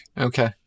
Okay